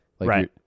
Right